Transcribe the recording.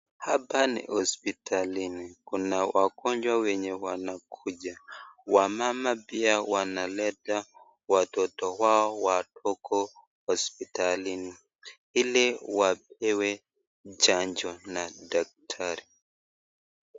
Hapa ni hospitalini. Kuna wagonjwa wenye wanakuja. Wamama pia wanaleta watoto wao wadogo hospitalini ili wapewe chanjo na daktari.